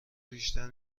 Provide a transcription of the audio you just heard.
بیشتر